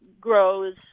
grows